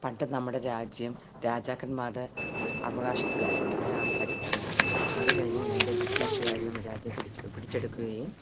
പണ്ട് നമ്മുടെ രാജ്യം രാജാക്കന്മാരുടെ അവകാശത്തിലായിരുന്നു അവരാണ് ഭരിച്ചിരുന്നത് അതുകഴിഞ്ഞ് നേരെ ബ്രിട്ടീഷുകാർ നമ്മുടെ രാജ്യം പിടിച്ച് പിടിച്ചെടുത്തു പിടിച്ചെടുക്കുകയും